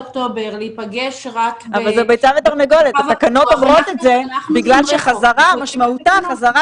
אין לנו זמן לפרוס את המתווה ואנחנו גם משאירים להם את הסמכות